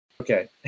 Okay